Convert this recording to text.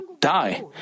die